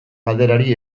galderari